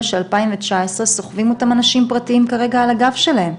של 2019 סוחבים אותם אנשים פרטיים כרגע על הגב שלהם.